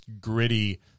gritty